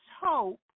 hope